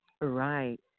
Right